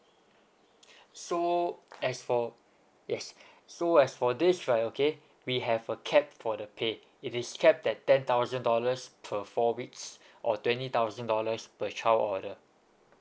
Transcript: so as for yes so as for this right okay we have a cap for the paid it is cap at ten thousand dollars per four weeks or twenty thousand dollars per child order